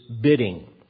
bidding